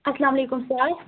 السلام علیکم سَر